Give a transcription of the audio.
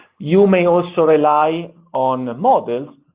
you may also rely on models,